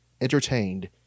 entertained